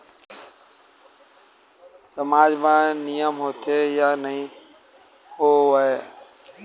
सामाज मा नियम होथे या नहीं हो वाए?